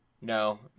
No